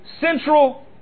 central